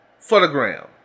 photogram